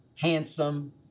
handsome